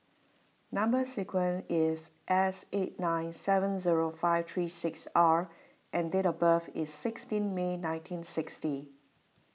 Number Sequence is S eight nine seven zero five three six R and date of birth is sixteen May nineteen sixty